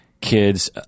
kids